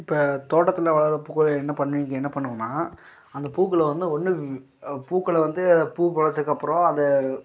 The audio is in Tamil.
இப்போ தோட்டத்தில் வளர பூக்களை என்ன பண்ணுவீங்க என்ன பண்ணுவோன்னா அந்த பூக்களை வந்து ஒன்னு பூக்களை வந்து பூ முளச்சக்கப்பறம் அந்த